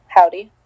Howdy